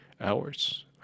hours